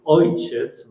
ojciec